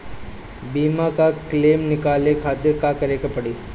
बीमा के क्लेम निकाले के खातिर का करे के पड़ी?